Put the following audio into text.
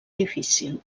difícil